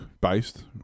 based